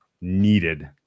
needed